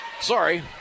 sorry